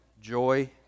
joy